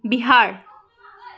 Bihar